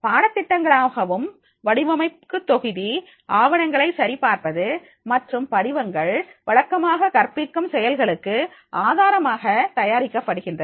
பாடத்திட்டங்களாக வடிவமைப்பு தொகுதி ஆவணங்களை சரி பார்ப்பது மற்றும் படிவங்கள் வழக்கமாக கற்பிக்கும் செயல்களுக்கு ஆதாரமாக தயாரிக்கப்படுகின்றன